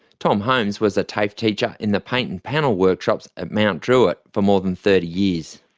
tom holmes was a tafe teacher in the paint and panel workshops at mt druitt for more than thirty years.